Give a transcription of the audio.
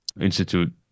Institute